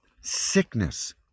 sickness